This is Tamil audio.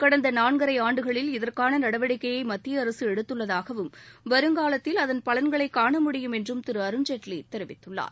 கடந்த நாள்கரை ஆண்டுகளில் இதற்கான நடவடிக்கையை மத்திய அரசு எடுத்துள்ளதாகவும் வருங்காலத்தில் அதன் பலன்களை காண முடியும் என்றும் திரு அருண் ஜேட்லி தெரிவித்துள்ளார்